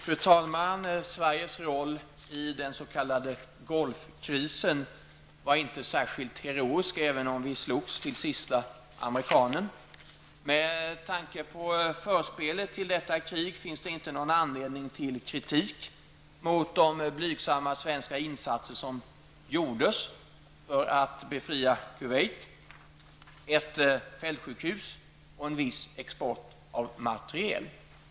Fru talman! Sveriges roll i den s.k. Gulfkrisen var inte särskilt heroisk, även om vi slogs till sista amerikan. Med tanke på förspelet till detta krig finns det inte någon anledning till kritik mot de blygsamma svenska insatser som gjordes för att befria Kuwait: ett fältsjukhus och viss export av materiel.